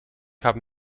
haben